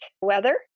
weather